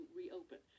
reopen